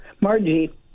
Margie